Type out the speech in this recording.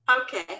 Okay